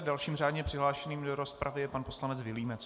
Dalším řádně přihlášeným do rozpravy je pan poslanec Vilímec.